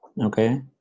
Okay